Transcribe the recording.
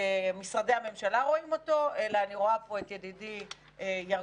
משרדי הממשלה רואים אותו אלא אני רואה פה את ידידי ירקוני,